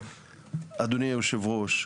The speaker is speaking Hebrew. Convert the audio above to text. אדוני יושב הראש,